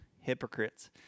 hypocrites